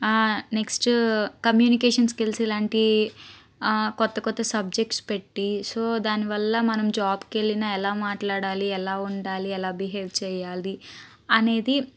next communication skills ఇలాంటి కొత్త కొత్త సబ్జెక్ట్స్ పెట్టి సో దాని వల్ల మనం జాబ్కు వెళ్ళినా ఎలా మాట్లాడాలి ఎలా ఉండాలి ఎలా బిహేవ్ చెయ్యాలి అనేది